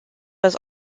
was